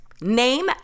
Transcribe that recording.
name